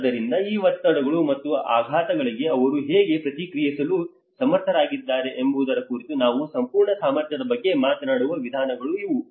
ಆದ್ದರಿಂದ ಈ ಒತ್ತಡಗಳು ಮತ್ತು ಆಘಾತಗಳಿಗೆ ಅವರು ಹೇಗೆ ಪ್ರತಿಕ್ರಿಯಿಸಲು ಸಮರ್ಥರಾಗಿದ್ದಾರೆ ಎಂಬುದರ ಕುರಿತು ನಾವು ಸಂಪೂರ್ಣ ಸಾಮರ್ಥ್ಯದ ಬಗ್ಗೆ ಮಾತನಾಡುವ ವಿಧಾನಗಳು ಇವು